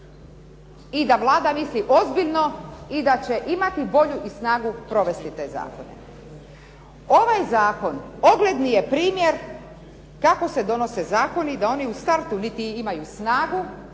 i da Vlada misli ozbiljno i da će imati volju i snagu provesti te zakone. Ovaj zakon ogledni je primjer kako se donose zakoni, da oni u startu u biti imaju snagu.